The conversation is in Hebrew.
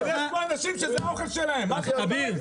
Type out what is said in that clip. ------ יש פה אנשים שזה האוכל שלהם --- אביר.